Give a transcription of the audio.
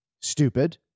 stupid